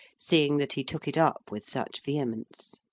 seeing that he took it up with such vehemence.